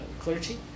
clergy